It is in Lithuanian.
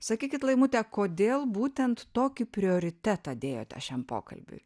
sakykit laimute kodėl būtent tokį prioritetą dėjote šiam pokalbiui